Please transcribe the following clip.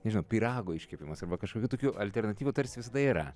nežinau pyrago iškepimas arba kažkokių tokių alternatyvų tarsi visada yra